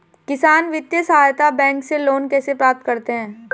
किसान वित्तीय सहायता बैंक से लोंन कैसे प्राप्त करते हैं?